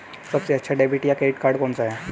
सबसे अच्छा डेबिट या क्रेडिट कार्ड कौन सा है?